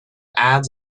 ads